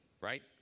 right